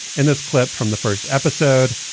in this clip from the first episode,